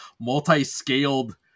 multi-scaled